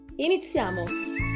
Iniziamo